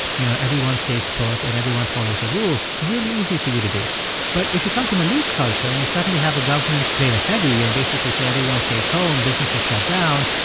you know, everyone stays put and everyone follows the rules, really easy for you to do but if you come from a loose culture and you suddenly have a government play the heavy and basically say everyone stays home, businesses shut down,